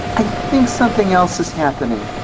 i think something else is happening.